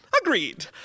Agreed